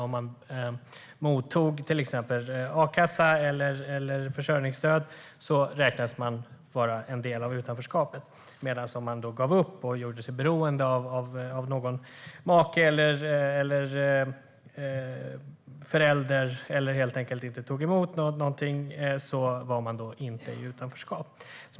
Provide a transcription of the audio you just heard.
Om man till exempel tog emot a-kassa eller försörjningsstöd räknades man som en del av utanförskapet, men om man gav upp och gjorde sig beroende av någon make eller förälder eller helt enkelt inte tog emot något, då var man inte i utanförskap.